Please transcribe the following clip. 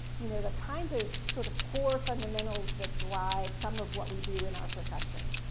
you know, the kinds of sort of core fundamentals that drive some of what we do in our profession.